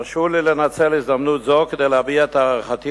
הרשו לי לנצל הזדמנות זו כדי להביע את הערכתי